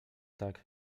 tak